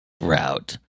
route